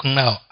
now